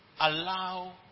allow